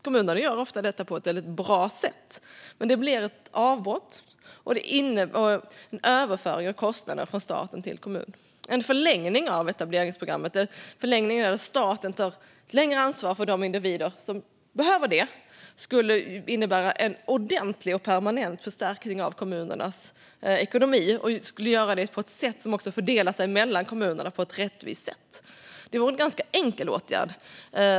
Kommunerna gör ofta detta på ett väldigt bra sätt, men det blir ett avbrott och en överföring av kostnader från stat till kommun. En förlängning av etableringsprogrammet, där staten under längre tid tar ansvar för de individer som behöver det, skulle innebära en ordentlig och permanent förstärkning av kommunernas ekonomi. Detta skulle då också fördelas mellan kommunerna på ett rättvist sätt. Det vore en ganska enkel åtgärd.